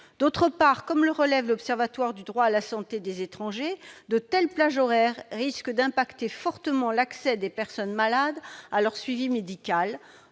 ailleurs, comme le relève l'Observatoire du droit à la santé des étrangers, de telles plages horaires risquent d'impacter fortement l'accès des personnes malades à leur suivi médical,